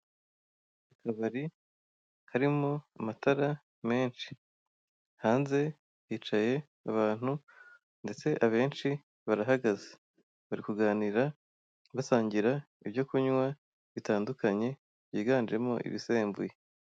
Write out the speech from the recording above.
Akabari karimo amatara menshi, hanze hicaye abantu ndetse abenshi barahagaze, bari kuganira basangira ibyo kunywa bitandukanye byiganjemo ibisembuye.